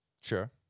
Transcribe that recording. Sure